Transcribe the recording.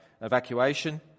evacuation